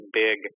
big